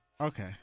Okay